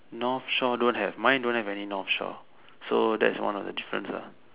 North shore don't have mine don't have any North shore so that's one of the difference ah